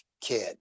kid